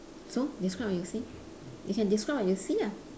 so describe what you see you can describe what you see ah